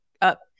up